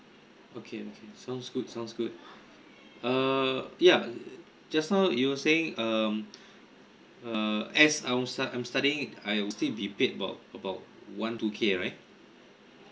okay okay sounds good sounds good err yeah just now you were saying um uh as I was stud~ I'm studying I would still be paid about about one two K right